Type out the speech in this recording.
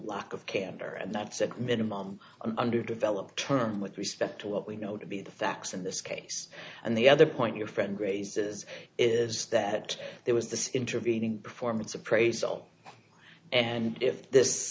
lack of candor and that's a minimum underdeveloped term with respect to what we know to be the facts of this case and the other point your friend raises is that there was this intervening performance appraisal and if this